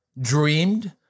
dreamed